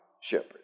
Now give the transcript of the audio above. shepherd